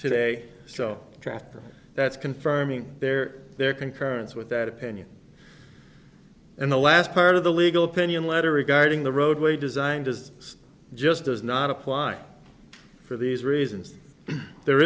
traffic that's confirming their their concurrence with that opinion and the last part of the legal opinion letter regarding the roadway design does just does not apply for these reasons there